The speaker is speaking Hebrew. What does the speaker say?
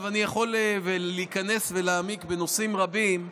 אני יכול להיכנס ולהעמיק בנושאים רבים,